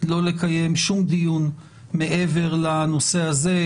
לא לקיים שום דיון מעבר לנושא הזה,